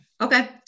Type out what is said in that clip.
Okay